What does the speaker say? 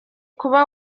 kuba